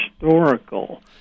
historical